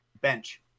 bench